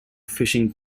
fishing